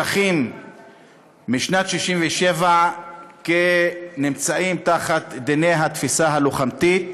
בשטחים משנת 1967 כנמצאים תחת דיני התפיסה הלוחמתית.